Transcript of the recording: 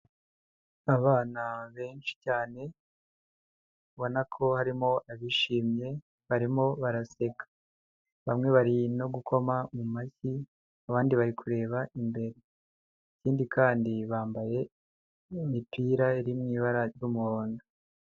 Abana benshi cyane, ubona ko harimo abishimye, barimo baraseka. Bamwe bari no gukoma mu mashyi, abandi bari kureba imbere. Ikindi kandi, bambaye imipira iri mu ibara ry'umuhondo.